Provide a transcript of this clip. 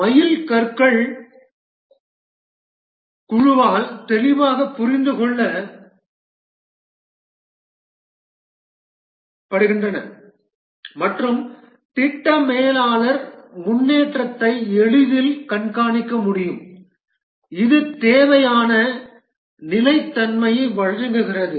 மைல்கற்கள் குழுவால் தெளிவாக புரிந்து கொள்ளப்படுகின்றன மற்றும் திட்ட மேலாளர் முன்னேற்றத்தை எளிதில் கண்காணிக்க முடியும் இது தேவையான நிலைத்தன்மையை வழங்குகிறது